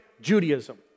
Judaism